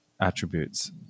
attributes